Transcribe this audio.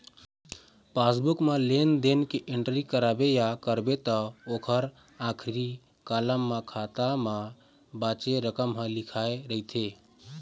passbook म लेन देन के एंटरी कराबे या करबे त ओखर आखरी कालम म खाता म बाचे रकम ह लिखाए रहिथे